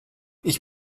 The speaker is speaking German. ich